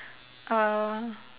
uh